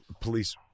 police